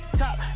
top